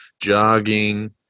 jogging